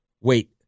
wait